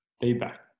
feedback